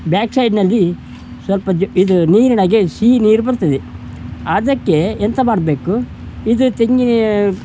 back ಸೈಡ್ನಲ್ಲಿ ಸ್ವಲ್ಪ ಜು ಇದು ನೀರಿನಾಗೆ ಸಿಹಿ ನೀರು ಬರ್ತದೆ ಅದಕ್ಕೆ ಎಂತ ಮಾಡಬೇಕು ಇದು ತೆಂಗಿನ